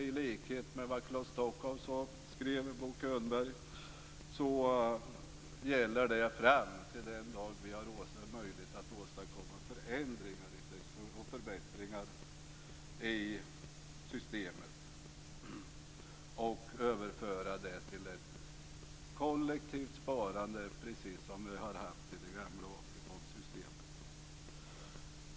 I likhet med vad Claes Stockhaus skrev gäller det till den dag då vi har möjlighet att åstadkomma förändringar och förbättringar i systemet och överföra det till ett kollektivt sparande, precis som vi har haft i det gamla AP-fondsystemet.